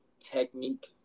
technique